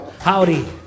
Howdy